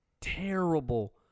terrible